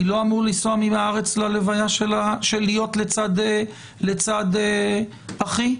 אני לא אמור לנסוע מהארץ ללוויה ולהיות לצד אחי?